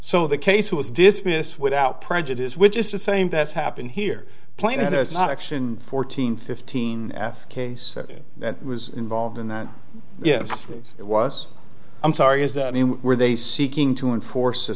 so the case was dismissed without prejudice which is the same that's happened here planted there is not action fourteen fifteen case was involved in that yes it was i'm sorry is that were they seeking to enforce a